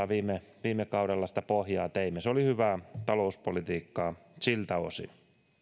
viime viime kaudella teimme sitä pohjaa se oli hyvää talouspolitiikkaa siltä osin